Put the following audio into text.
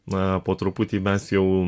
na po truputį mes jau